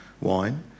wine